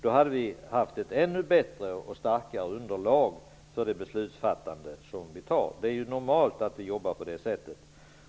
Då hade vi haft ett ännu bättre och starkare underlag för de beslut vi fattar. Det är normalt att jobba på det sättet.